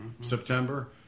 September